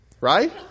Right